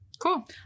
Cool